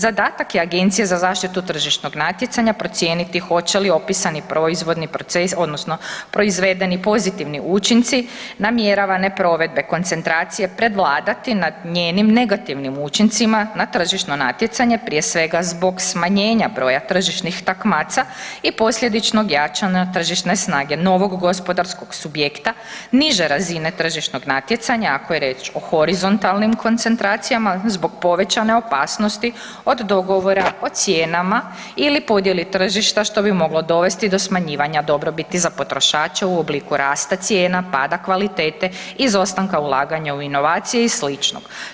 Zadatak je Agencije za zaštitu tržišnog natjecanja procijeniti hoće li opisani proizvodni proces odnosno proizvedeni pozitivni učinci namjeravane provedbe koncentracije prevladati nad njenim negativnim učincima na tržišno natjecanje prije svega zbog smanjenja broja tržišnih takmaca i posljedičnog jačanja tržišne snage novog gospodarskog subjekta niže razine tržišnog natjecanja ako je riječ o horizontalnim koncentracijama zbog povećane opasnosti od dogovora o cijenama ili podjele tržišta što bi moglo dovesti do smanjivanja dobrobiti za potrošače u obliku rasta cijena, pada kvalitete, izostanka ulaganja u inovacije i sličnog.